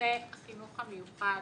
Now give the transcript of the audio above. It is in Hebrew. בנושא החינוך המיוחד.